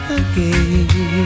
again